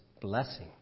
blessing